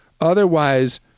Otherwise